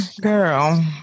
girl